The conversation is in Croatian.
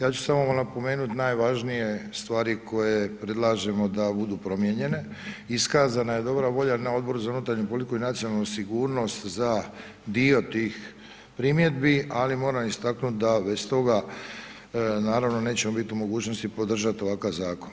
Ja ću vam samo napomenuti najvažnije stvari, koje predlažemo da budu promijenjene, iskazno je dobra valja na Odboru za unutarnju politiku i nacionalnu sigurnost, za dio tih primjedbi, ali moram istaknuti da bez toga naravno nećemo biti u mogućnosti podržati ovakav zakon.